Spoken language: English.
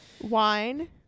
Wine